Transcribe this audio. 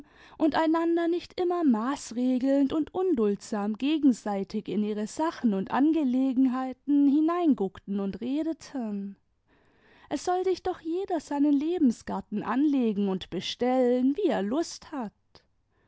und einander nicht immer maßregelnd imd unduldsam gegenseitig in ihre sachen und angelegenheiten hineinguckten und redeten es soll sich doch jeder seinen lebensgarten anlegen und bestellen wie er lust hat